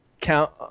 count –